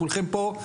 כולכם פה,